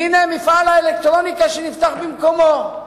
הנה, מפעל האלקטרוניקה שנפתח במקומו,